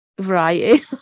variety